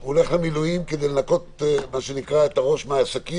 והוא הולך למילואים כדי לנקות את הראש מהעסקים